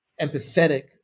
empathetic